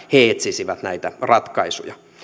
he etsisivät näitä ratkaisuja